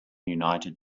united